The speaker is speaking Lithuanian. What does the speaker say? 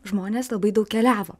žmonės labai daug keliavo